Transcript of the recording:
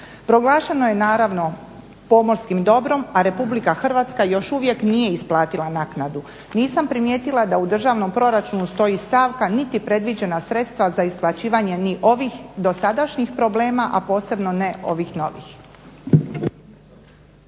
Proglašeno je naravno pomorskim dobrom a RH još uvijek nije isplatila naknadu. Nisam primijetila da u državnom proračunu stoji stavka niti predviđena sredstva za isplaćivanje ni ovih dosadašnjih problema a posebno ne ovih novih.